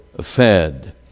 fed